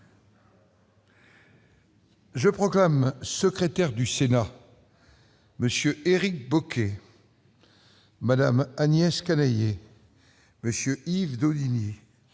Je proclame secrétaires M. Éric Bocquet, Mme Agnès Canayer, M. Yves Daudigny,